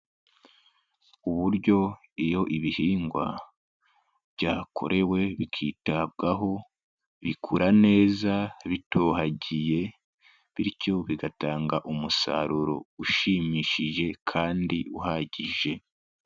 Uburyo iyo ibihingwa byakorewe bikitabwaho bikura neza bitohagiye, bityo bigatanga umusaruro ushimishije kandi uhagije.